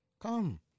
Come